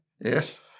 Yes